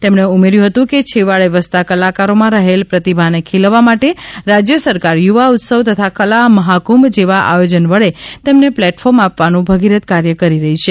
તેમણે ઉમેર્યું હતું કે છેવાડે વસતા કલાકારોમાં રહેલ પ્રતિભાને ખીલવવા માટે રાજ્ય સરકાર યુવા ઉત્સવ તથા કલા મહાકુંભ જેવા આયોજન વડે તેમને પ્લેટફોર્મ આપવાનું ભગીરથ કાર્ય કરી રહી છે